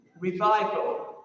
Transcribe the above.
Revival